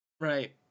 Right